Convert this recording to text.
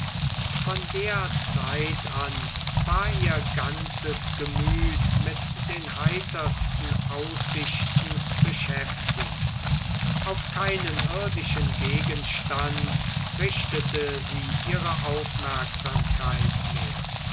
von der zeit an war ihr ganzes gemüt mit den heitersten aussichten beschäftigt auf keinen irdischen gegenstand richtete sie ihre aufmerksamkeit mehr